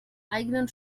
eigenen